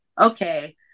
okay